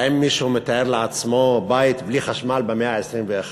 האם מישהו מתאר לעצמו בית בלי חשמל במאה ה-21?